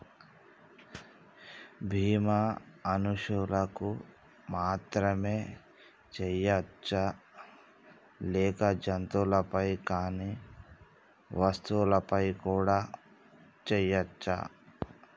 బీమా మనుషులకు మాత్రమే చెయ్యవచ్చా లేక జంతువులపై కానీ వస్తువులపై కూడా చేయ వచ్చా?